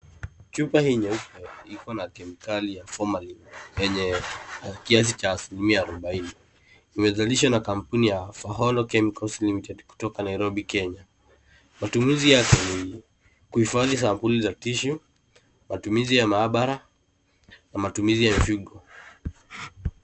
Chupa hii nyeupe ikona kemikali ya formalin ya kiasi cha asmilia ya 40. Imezalishwa na kampuni ya Faholo Chemicals Limited kutoka Nairobi, Kenya. Matumizi ya kemikali huhifadhi sampuli za tishu, matumizi ya maabara na matumizi ya mfugo.